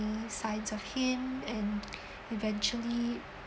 signs of him and eventually